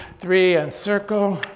three and circle.